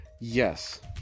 Yes